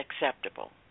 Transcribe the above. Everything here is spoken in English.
acceptable